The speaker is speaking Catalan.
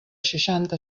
seixanta